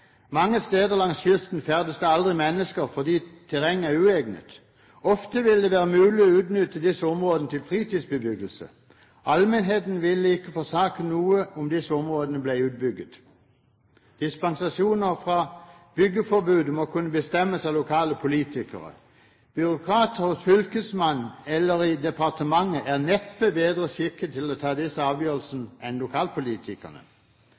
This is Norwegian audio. Mange steder langs kysten ferdes det aldri mennesker, fordi terrenget er uegnet. Ofte vil det være mulig å utnytte disse områdene til fritidsbebyggelse. Allmennheten ville ikke forsake noe om disse områdene ble utbygget. Dispensasjoner fra byggeforbudet må kunne bestemmes av lokale politikere. Byråkrater hos fylkesmannen eller i departementet er neppe bedre skikket til å ta disse avgjørelsene enn lokalpolitikerne.